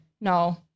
no